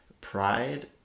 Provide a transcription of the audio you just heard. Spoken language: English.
pride